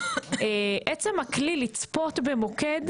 עצם הכלי לצפות במוקד,